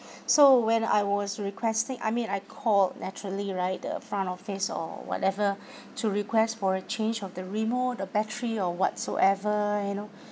so when I was requesting I mean I called naturally right the front office or whatever to request for a change of the remote the battery or whatsoever you know